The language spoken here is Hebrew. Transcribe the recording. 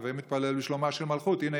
"הוי מתפלל בשלומה של מלכות" הינה,